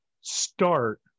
start